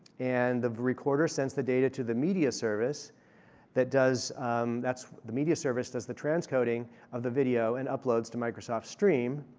and the recorder sends the data to the media service that does the media service does the transcoding of the video and up loads to microsoft stream.